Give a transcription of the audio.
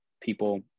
people